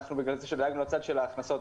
בגלל זה שדאגנו לצד של ההכנסות,